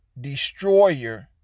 destroyer